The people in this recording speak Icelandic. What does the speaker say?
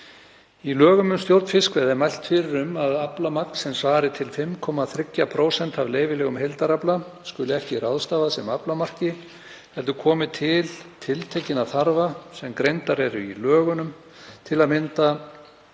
Í lögum um stjórn fiskveiða er mælt fyrir um að aflamagn sem svari til 5,3% af leyfilegum heildarafla skuli ekki ráðstafað sem aflamarki heldur komi til tiltekinna þarfa sem greindar eru í lögunum, til að mynda